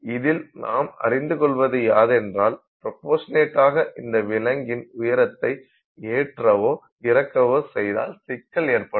இதில் நாம் அறிந்து கொள்வது யாதென்றால் ப்ரோபோசநட்டாக இந்த விலங்கின் உயரத்தை ஏற்றவோ இறக்கவோ செய்தால் சிக்கல் ஏற்படும்